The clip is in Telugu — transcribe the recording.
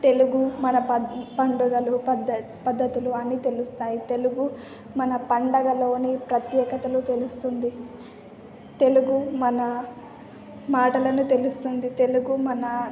తెలుగు మన పద్ పండుగలు పదత్ పద్ధతులు అన్ని తెలుస్తాయి తెలుగు మన పండుగలోని ప్రత్యేకతను తెలుస్తుంది తెలుగు మన మాటలను తెలుస్తుంది తెలుగు మన